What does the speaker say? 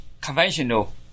conventional